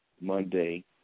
Monday